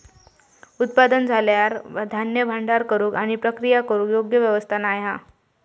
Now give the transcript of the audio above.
उत्पादन झाल्यार धान्य भांडार करूक आणि प्रक्रिया करूक योग्य व्यवस्था नाय हा